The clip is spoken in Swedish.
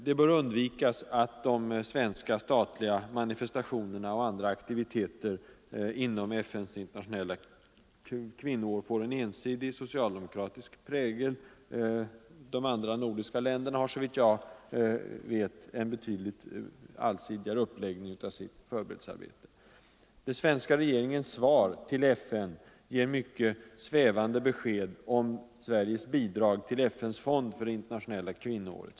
Det bör undvikas att de svenska statliga manifestationerna och andra aktiviteter inom FN:s internationella kvinnoår får en ensidig socialdemokratisk prägel. De andra nordiska länderna har såvitt jag vet en betydligt allsidigare uppläggning av sitt förberedelsearbete. Den svenska regeringens svar till FN ger mycket svävande besked om Sveriges bidrag till FN:s fond för det internationella kvinnoåret.